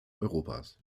europas